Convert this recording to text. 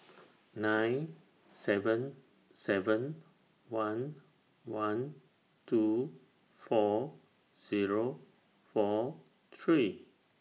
nine seven seven one one two four Zero four three